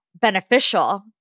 beneficial